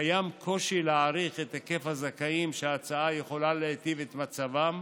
קיים קושי להעריך את היקף הזכאים שההצעה יכולה להיטיב את מצבם,